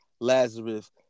Lazarus